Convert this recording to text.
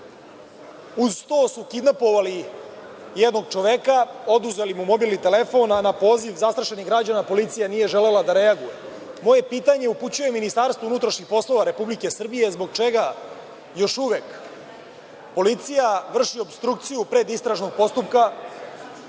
uz to su kidnapovali jednog čoveka, oduzeli mu mobilni telefon, a na poziv zastrašenih građana, policija nije želela da reaguje. Moje pitanje upućujem MUP Republike Srbije zbog čega još uvek policija vrši opstrukciju pred istražnog postupka